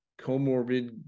comorbid